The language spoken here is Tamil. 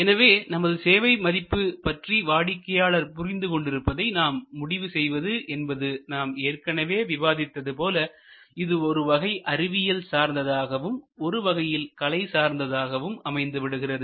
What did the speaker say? எனவே நமது சேவை மதிப்பு பற்றி வாடிக்கையாளர் புரிந்து கொண்டிருப்பதை நாம் முடிவு செய்வது என்பது நாம் ஏற்கனவே விவாதித்தது போல இது ஒரு வகை அறிவியல் சார்ந்ததாகவும் ஒருவகையில் கலை சார்ந்ததாகவும் அமைந்துவிடுகிறது